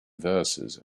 verses